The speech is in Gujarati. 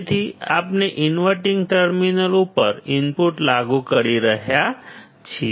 તેથી આપણે ઇનવર્ટિંગ ટર્મિનલ ઉપર ઇનપુટ લાગુ કરી રહ્યા છીએ